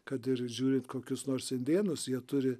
kad ir žiūrint kokius nors indėnus jie turi